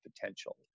potential